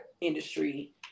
industry